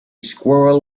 squirrel